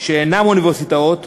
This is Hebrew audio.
שאינם אוניברסיטאות בנגב,